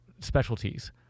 specialties